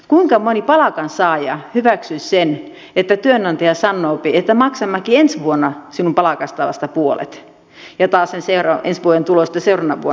kuinka moni palkansaaja hyväksyisi sen että työnantaja sanoo että maksammekin vasta ensi vuonna sinun palkastasi puolet ja taas ensi vuoden tuloista seuraavana vuonna puolet